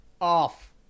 Off